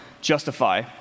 justify